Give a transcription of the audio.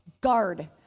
Guard